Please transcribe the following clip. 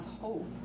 hope